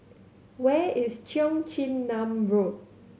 where is Cheong Chin Nam Road